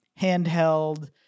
handheld